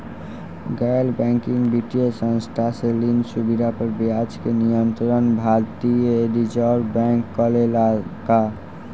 गैर बैंकिंग वित्तीय संस्था से ऋण सुविधा पर ब्याज के नियंत्रण भारती य रिजर्व बैंक करे ला का?